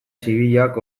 zibilak